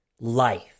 life